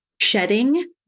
shedding